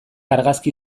argazki